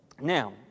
Now